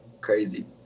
crazy